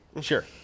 Sure